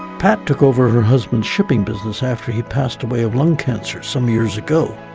pat took over her husband shipping business after he passed away of lung cancer some years ago.